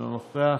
אינו נוכח,